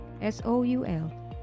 S-O-U-L